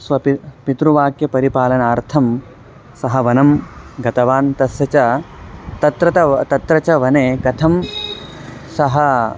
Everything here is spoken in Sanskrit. स्व पितृवाक्यपरिपालनार्थं सः वनं गतवान् तस्य च तत्र तत्र च वने कथं सः